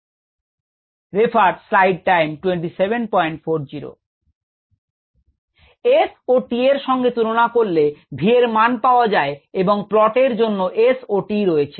S ও tএর সঙ্গে তুলনা করলে v এর মান পাওয়া যায় এবং প্লটের জন্য S ও t রয়েছে